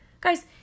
Guys